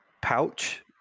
pouch